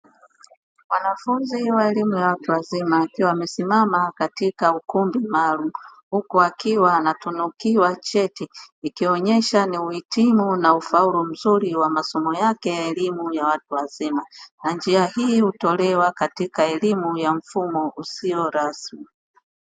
Wanafunzi wa elimu ya watu wazima wakiwa wamesimama katika ukumbi maalumu, huku wakiwa wanatunukiwa cheti ikionyesha ni uhitimu na ufaulu mzuri wa masomo yake ya elimu ya watu wazima, na njia hii hutolewa katika mfumo wa elimu usiyo rasmi.